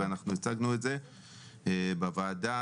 והצגנו את זה בוועדה.